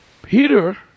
Peter